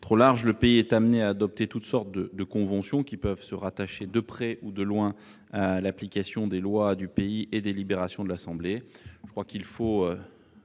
où le pays est amené à adopter toute sorte de conventions pouvant se rattacher de près ou de loin à l'application des lois du pays et des délibérations de l'assemblée. Il faut